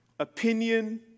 Opinion